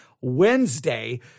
Wednesday